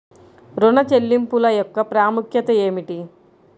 ఋణ చెల్లింపుల యొక్క ప్రాముఖ్యత ఏమిటీ?